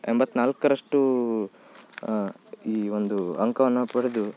ಎಂಬತ್ತ್ನಾಲ್ಕರಷ್ಟು ಈ ಒಂದು ಅಂಕವನ್ನು ಪಡೆದು